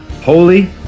holy